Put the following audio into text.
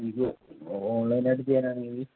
ഇത് ഓൺലൈൻ ആയിട്ട് ചെയ്യാനാണെങ്കിൽ